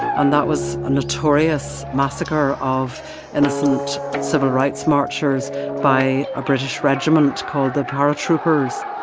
and that was a notorious massacre of innocent civil rights marchers by a british regiment called the paratroopers